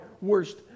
worst